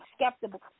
skeptical